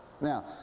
Now